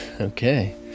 Okay